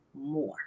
more